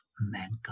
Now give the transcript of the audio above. mankind